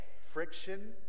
friction